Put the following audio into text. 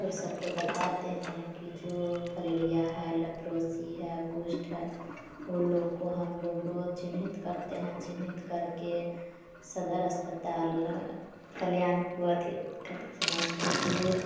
फिर सबको बताते हैं कि जो फलेरिया है लैप्रोसी है कुष्ट है वो लोग को हम लोगो चिंहित करते हैं चिंहित करके सदर अस्पताल कल्याणपुर अथि समस्तीपुर